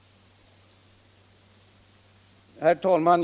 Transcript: Herr talman!